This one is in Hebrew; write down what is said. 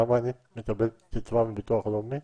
למה אם אני מקבל קצבה מביטוח לאומי,